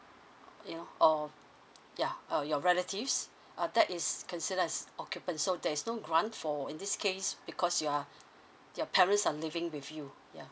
you know or ya uh your relatives uh that is considered as occupants so there's no grant for in this case because you are your parents are living with you ya